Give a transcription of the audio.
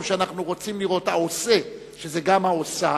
שאנחנו רוצים לראות "העושה" שזה גם "העושה",